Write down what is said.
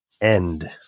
end